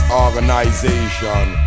organization